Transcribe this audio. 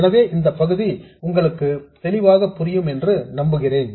எனவே இந்த பகுதி உங்களுக்கு தெளிவாக புரியும் என்று நம்புகிறேன்